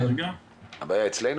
אצלנו